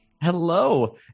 Hello